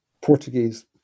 Portuguese